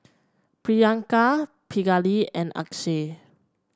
Priyanka Pingali and Akshay